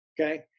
Okay